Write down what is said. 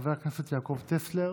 חבר הכנסת יעקב טסלר,